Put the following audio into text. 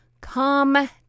come